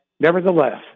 Nevertheless